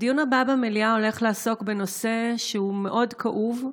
הדיון הבא במליאה הולך לעסוק בנושא שהוא מאוד כאוב,